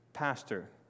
Pastor